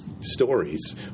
stories